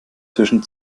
zwischen